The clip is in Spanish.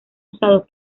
usados